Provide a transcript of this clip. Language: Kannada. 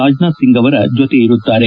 ರಾಜನಾಥ್ ಸಿಂಗ್ ಅವರ ಜೊತೆ ಇರುತ್ತಾರೆ